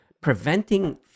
preventing